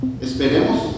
Esperemos